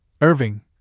Irving